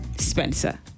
Spencer